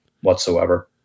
whatsoever